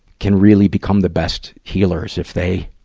can really become the best healers if they,